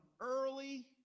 early